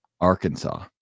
Arkansas